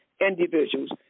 individuals